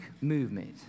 movement